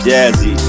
Jazzy